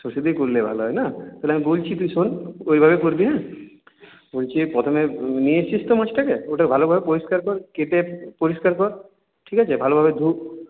সরষে দিয়ে করলে ভালো হয় না তাহলে আমি বলছি তুই শোন ওইভাবে করবি হ্যাঁ বলছি প্রথমে নিয়ে এসছিস তো মাছটাকে ওটাকে ভালো করে পরিষ্কার কর কেটে পরিষ্কার কর ঠিক আছে ভালোভাবে ধো